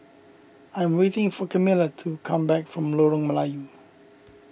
I am waiting for Camilla to come back from Lorong Melayu